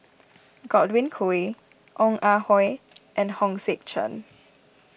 Godwin Koay Ong Ah Hoi and Hong Sek Chern